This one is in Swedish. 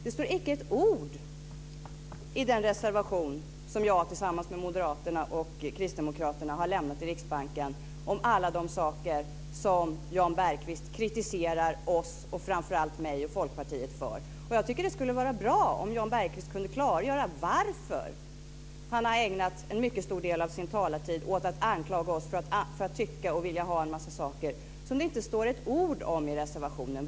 Det står icke ett ord i den reservation om Riksbanken som jag tillsammans med moderaterna och kristdemokraterna har lämnat om alla de saker som Jan Bergqvist kritiserar oss och framför allt mig och Folkpartiet för. Jag skulle tycka att det vore bra om Jan Bergqvist kunde klargöra varför han har ägnat en mycket stor del av sin talartid åt att anklaga oss för att tycka och vilja ha en massa saker som det inte står ett ord om i reservationen.